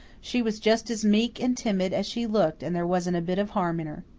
she was just as meek and timid as she looked and there wasn't a bit of harm in her.